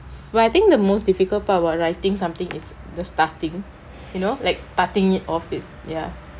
but I think the most difficult part about writing something it's the starting you know like starting it of it ya